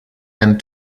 and